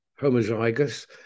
homozygous